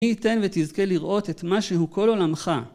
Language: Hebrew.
מי יתן ותזכה לראות את מה שהוא כל עולמך.